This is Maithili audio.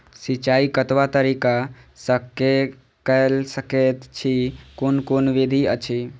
सिंचाई कतवा तरीका स के कैल सकैत छी कून कून विधि अछि?